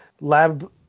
lab